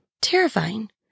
Terrifying